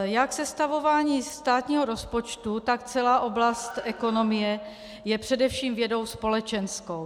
Jak sestavování státního rozpočtu, tak celá oblast ekonomie je především vědou společenskou.